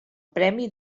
premi